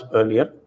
earlier